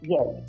Yes